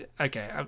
Okay